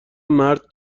مرد